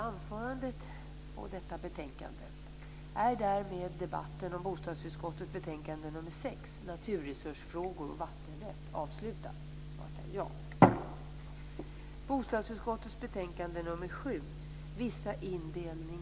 Jag tycker att det är värt en utredning.